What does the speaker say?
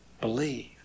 believe